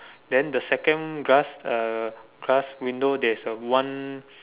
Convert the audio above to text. then the second glass uh glass window there is a one